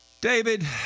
David